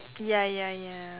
ya ya ya